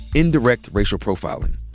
indirect racial profiling.